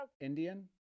Indian